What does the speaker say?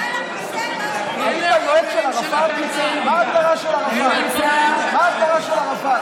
לא רוצה לשמוע אותך.